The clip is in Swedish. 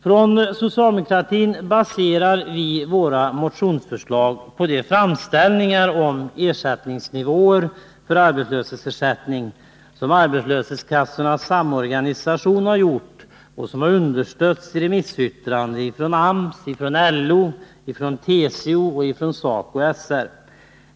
Vi inom socialdemokratin baserar våra motionsförslag på de framställningar beträffande nivåerna på arbetslöshetsersättningen som Arbetslöshetskassornas samorganisation har gjort och som har understötts i remissyttrandena från AMS, LO, TCO och SACO/SR.